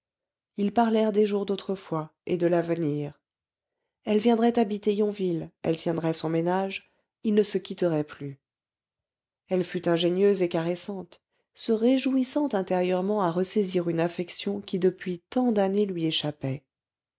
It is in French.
ils parlèrent des jours d'autrefois et de l'avenir elle viendrait habiter yonville elle tiendrait son ménage ils ne se quitteraient plus elle fut ingénieuse et caressante se réjouissant intérieurement à ressaisir une affection qui depuis tant d'années lui échappait